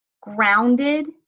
grounded